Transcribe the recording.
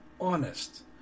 honest